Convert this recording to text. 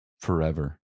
forever